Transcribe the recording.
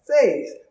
faith